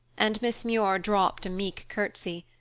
and miss muir dropped a meek curtsy.